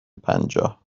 پنجاه